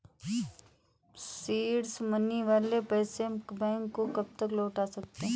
Seed money वाले पैसे हम बैंक को कब तक लौटा सकते हैं?